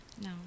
No